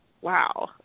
wow